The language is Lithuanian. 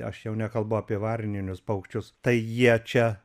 aš jau nekalbu apie varninius paukščius tai jie čia